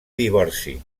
divorci